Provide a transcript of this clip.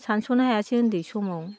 सानस'नो हायासै उन्दै समाव